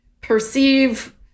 perceive